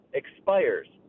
expires